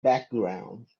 background